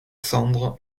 cendres